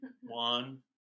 One